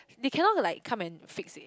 they cannot like come and fix it